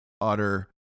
utter